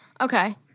Okay